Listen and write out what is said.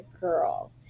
girl